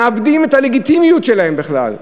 שמאבדים את הלגיטימיות שלהם בכלל.